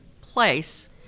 place